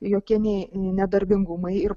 jokie nei nedarbingumai ir